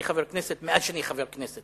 אני חבר כנסת מאז שאני חבר כנסת.